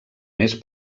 més